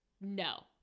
no